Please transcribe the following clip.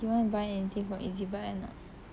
you want to buy anything from Ezbuy or not